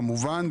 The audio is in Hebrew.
כמובן,